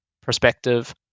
perspective